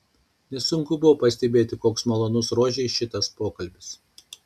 nesunku buvo pastebėti koks malonus rožei šitas pokalbis